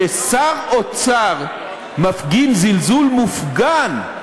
כששר אוצר מפגין זלזול מופגן,